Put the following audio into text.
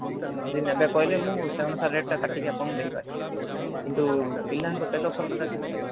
ହଁ ଯଦି ନେବେ କହିଲେ ମୁଁ ସେ ଅନୁସାରେ ରେଟଟା କାଟିକି ଆପଣଙ୍କୁ ଦେଇପାରିବି କିନ୍ତୁ ପିଲାଙ୍କ ତେଲ ଖର୍ଚ୍ଚଟା ଦିଅନ୍ତୁ